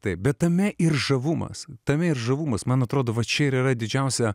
taip bet tame ir žavumas tame ir žavumas man atrodo čia ir yra didžiausia